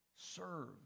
serve